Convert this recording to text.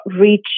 reach